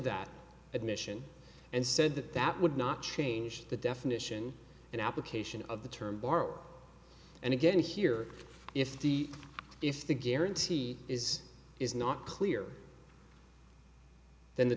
that admission and said that that would not change the definition and application of the term borrower and again here if the if the guarantee is is not clear then the